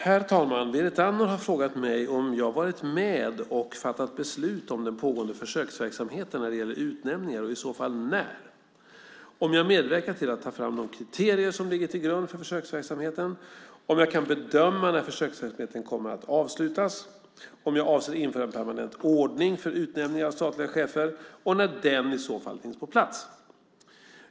Herr talman! Berit Andnor har frågat mig om jag varit med och fattat beslut om den pågående försöksverksamheten när det gäller utnämningar och i så fall när, om jag medverkat till att ta fram de kriterier som ligger till grund för försöksverksamheten, om jag kan bedöma när försöksverksamheten kommer att avslutas, om jag avser att införa en permanent ordning för utnämningar av statliga chefer och när den i så fall finns på plats.